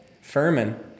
Furman